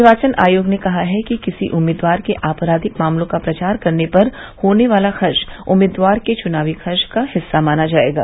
निर्वाचन आयोग ने कहा है कि किसी उम्मीदवार के आपराधिक मामलों का प्रचार करने पर होने वाला खर्च उम्मीदवार के चुनावी खर्च का हिस्सा माना जाएगा